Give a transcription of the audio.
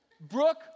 Brooke